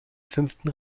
fünften